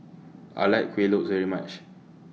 I like Kuih Lopes very much